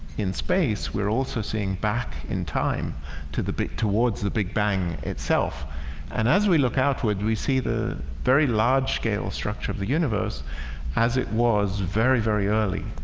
in space. we're also seeing back in time to the bit towards the big bang itself and as we look outward, we see the very large-scale structure of the universe as it was very very early